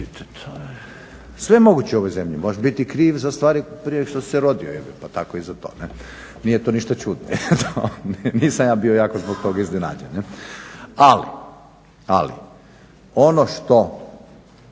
Sve je moguće u ovoj zemlji. Možeš biti kriv za stvari prije nego što si se rodio pa tako i za to, nije to ništa čudno. Nisam ja bio jako zbog toga iznenađen. Ali, ali ono što